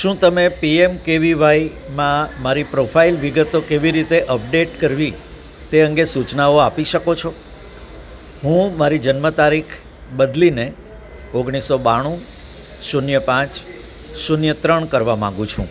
શું તમે પીએમકેવિવાયમાં મારી પ્રોફાઇલ વિગતો કેવી રીતે અપડેટ કરવી તે અંગે સૂચનાઓ આપી શકો છો હું મારી જન્મ તારીખ બદલીને ઓગણીસો બાણું શૂન્ય પાંચ શૂન્ય ત્રણ કરવા માગું છુ